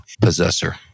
possessor